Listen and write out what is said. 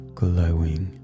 glowing